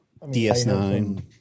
DS9